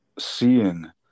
seeing